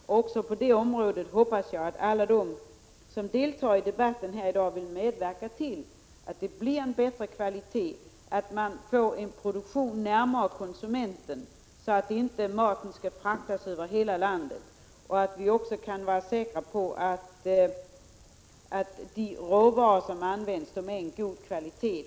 Också på den punkten hoppas jag att alla som deltar i debatten i dag vill medverka till att det blir en bättre kvalitet, att vi får en produktion närmare konsumenten, så att inte maten fraktas över hela landet, och att vi också kan vara säkra på att de råvaror som används är av god kvalitet.